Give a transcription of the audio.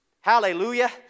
Hallelujah